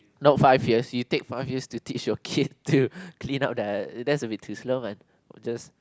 no five years you take five years to teach your kid to clean up their that's will be too slow man just